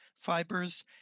fibers